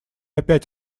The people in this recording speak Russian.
опять